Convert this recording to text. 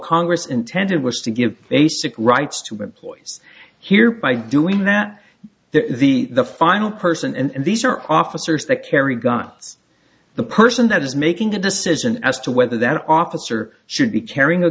congress intended was to give basic rights to employees here by doing that that the the final person and these are officers that carry got the person that is making the decision as to whether that officer should be carrying a